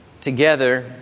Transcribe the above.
together